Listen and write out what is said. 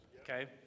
Okay